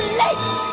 late